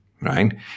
right